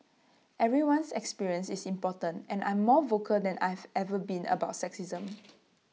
everyone's experience is important and I'm more vocal than I've ever been about sexism